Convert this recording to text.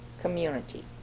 community